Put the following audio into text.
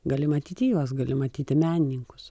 gali matyti juos gali matyti menininkus